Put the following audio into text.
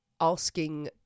asking